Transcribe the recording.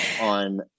on